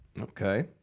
okay